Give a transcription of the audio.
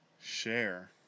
share